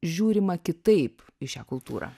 žiūrima kitaip į šią kultūrą